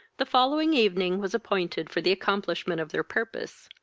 the following evening was appointed for the accomplishment of their purpose,